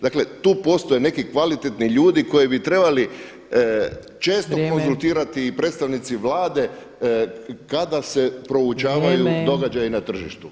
Dakle, tu postoje neki kvalitetni ljudi koji bi trebali često konzultirati [[Upadica Opačić: Vrijeme.]] i predstavnici Vlade kada se proučavaju [[Upadica Opačić: Vrijeme.]] događaji na tržištu.